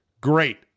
Great